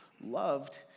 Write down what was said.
loved